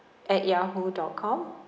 at Yahoo dot com